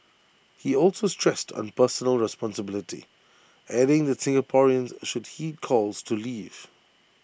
he also stressed on personal responsibility adding that Singaporeans should heed calls to leave